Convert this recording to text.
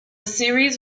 series